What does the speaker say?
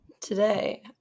Today